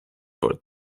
for